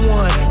one